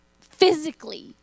physically